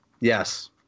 yes